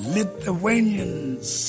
Lithuanians